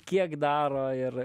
kiek daro ir